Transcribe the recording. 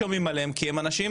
שהיה,